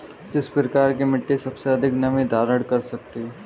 किस प्रकार की मिट्टी सबसे अधिक नमी धारण कर सकती है?